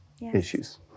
issues